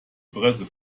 presse